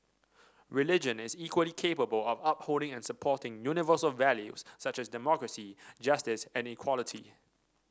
religion is equally capable of upholding and supporting universal values such as democracy justice and equality